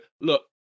look